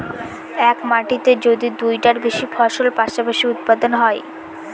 এক মাটিতে যদি দুইটার বেশি ফসল পাশাপাশি উৎপাদন হয়